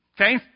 Okay